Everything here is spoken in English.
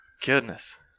Goodness